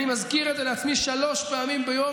אני מזכיר את זה לעצמי שלוש פעמים ביום